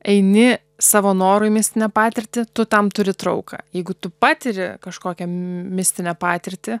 eini savo noru į mistinę patirtį tu tam turi trauką jeigu tu patiri kažkokią mistinę patirtį